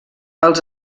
els